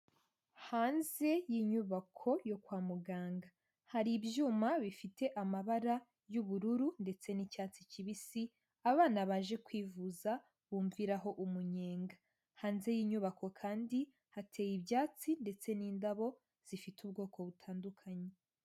Hanze y'inyubako yo kwa muganga, hari ibyuma bifite amabara y'ubururu ndetse n'icyatsi kibisi abana baje kwivuza bumviraho umunyenga, hanze y'inyubako kandi hateye ibyatsi ndetse n'indabo zifite ubwoko butandukanye.